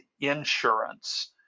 insurance